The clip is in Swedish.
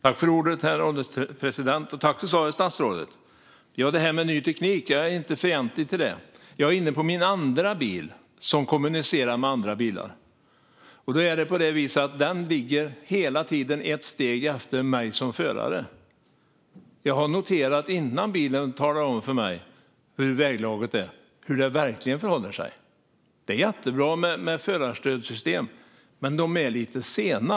Herr ålderspresident! Tack för svaret, statsrådet! Jag är inte fientlig till ny teknik. Jag är inne på min andra bil som kommunicerar med andra bilar. Den ligger hela tiden ett steg efter mig som förare. Innan bilen talar om för mig hur väglaget är har jag noterat hur det verkligen förhåller sig. Förarstödssystem är jättebra, men de är lite sena.